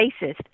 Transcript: racist